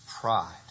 pride